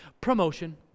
Promotion